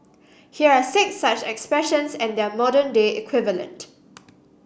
here are six such expressions and their modern day equivalent